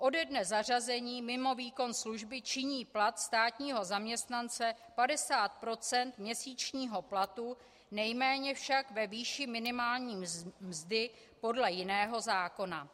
Ode dne zařazení mimo výkon služby činí plat státního zaměstnance 50 % měsíčního platu, nejméně však ve výši minimální mzdy podle jiného zákona.